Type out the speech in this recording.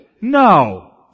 No